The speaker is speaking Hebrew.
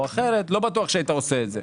או אחרת" לא בטוח שהיית עושה את זה.